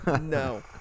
No